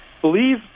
Believe